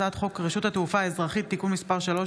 הצעת חוק רשות התעופה האזרחית (תיקון מס' 39),